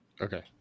Okay